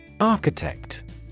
Architect